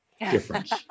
difference